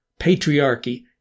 patriarchy